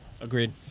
agreed